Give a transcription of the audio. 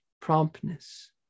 promptness